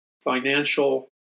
financial